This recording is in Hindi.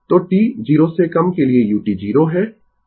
तो t 0 से कम के लिए u 0 है